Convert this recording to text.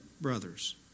brothers